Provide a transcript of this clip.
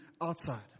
outside